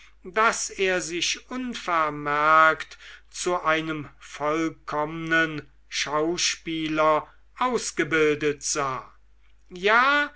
daß er sich unvermerkt zu einem vollkommnen schauspieler ausgebildet sah ja